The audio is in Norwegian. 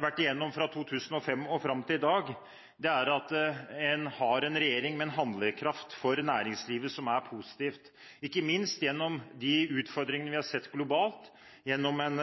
vært igjennom, fra 2005 og fram til i dag, er at en har en regjering med en handlekraft for næringslivet som er positiv. Ikke minst gjennom de utfordringene vi har sett globalt, gjennom en